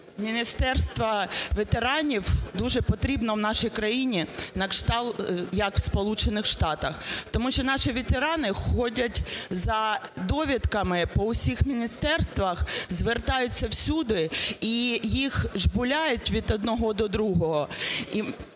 міністерство ветеранів дуже потрібно в нашій країні на кшталт, як в Сполучених Штатах. Тому що наші ветерани ходять за довідками по всіх міністерствах, звертаються всюди і їх жбурляють від одного до другого,